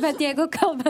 bet jeigu kalba